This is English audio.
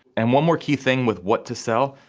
and one more key thing, with what to sell,